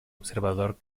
observador